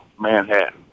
Manhattan